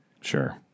Sure